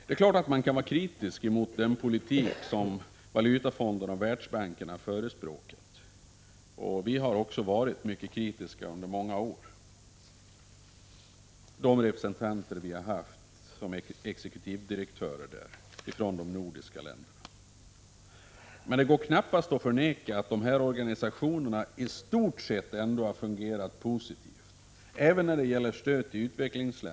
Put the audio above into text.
Det är klart att man kan vara kritisk mot den politik som Valutafonden och Världsbanken förespråkar, och de representanter vi har haft som exekutivdirektörer där från de nordiska länderna har också varit mycket kritiska under många år. Men det går knappast att förneka att dessa organisationer i stort sett ändå har fungerat positivt även när det gäller stöd till utvecklingsländer Prot.